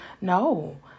No